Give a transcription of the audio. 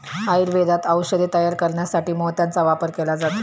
आयुर्वेदात औषधे तयार करण्यासाठी मोत्याचा वापर केला जातो